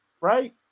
right